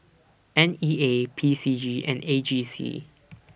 N E A P C G and A G C